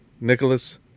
Nicholas